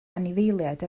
anifeiliaid